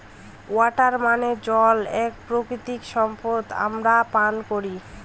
water মানে জল এক প্রাকৃতিক সম্পদ আমরা পান করি